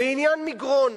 בעניין מגרון.